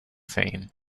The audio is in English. fame